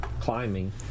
climbing